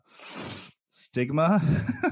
stigma